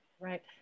Right